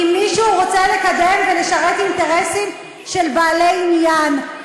כי מישהו רוצה לקדם ולשרת אינטרסים של בעלי עניין.